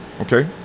Okay